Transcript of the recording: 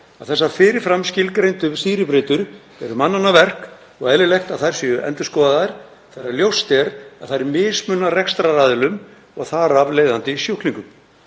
að þessar fyrir fram skilgreindu skýribreytur eru mannanna verk og eðlilegt að þær séu endurskoðaðar þegar ljóst er að þær mismuna rekstraraðilum og þar af leiðandi sjúklingum.